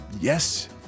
Yes